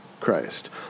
Christ